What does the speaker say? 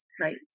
Right